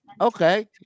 Okay